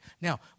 Now